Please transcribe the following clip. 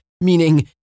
meaning